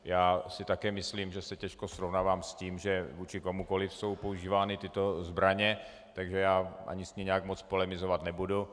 Já si také myslím, že se těžko srovnávám s tím, že vůči komukoli jsou používány tyto zbraně, takže já s ní ani nějak moc polemizovat nebudu.